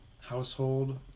household